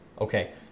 Okay